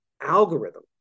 algorithm